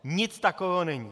Nic takového není.